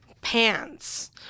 pants